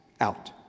out